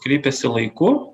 kreipėsi laiku